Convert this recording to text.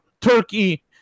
Turkey